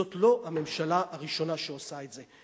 זאת לא הממשלה הראשונה שעושה את זה.